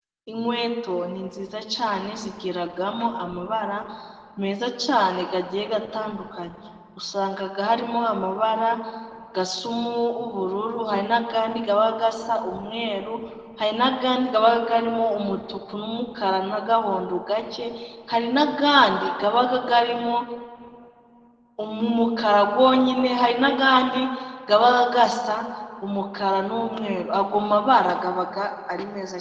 Inkweto ni nziza cyane zigiramo amabara meza cyane agiye atandukanye, usanga harimo amabara asa n'ubururu hari n'ayandi aba asa n'umweru, hari n'ayandi aba arimo umutuku n'umukara n'agahondo gake, hari n'ayandi aba arimo umukara wonyine, hari n'ayandi aba asa n'umukara n'umweru, ayo mabara aba ari meza cyane.